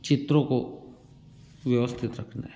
चित्रों को व्यवस्थित रखना है